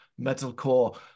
metalcore